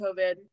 covid